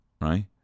right